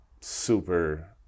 super